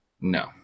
no